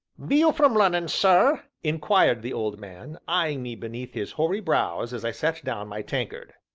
be you from lunnon, sir? inquired the old man, eyeing me beneath his hoary brows as i set down my tankard.